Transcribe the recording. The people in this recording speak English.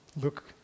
look